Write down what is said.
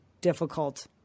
difficult